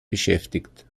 beschäftigt